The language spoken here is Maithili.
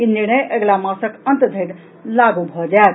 ई निर्णय अगिला मासक अंत धरि लागू भऽ जायत